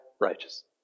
righteous